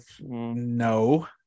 no